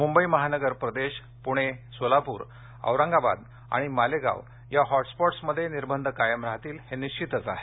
मुंबई महानगर प्रदेश पुणे सोलापुर औरंगाबाद आणि मालेगाव या हॉटस्पॉट्समध्ये निर्बंध कायम राहतील हे निश्वितच आहे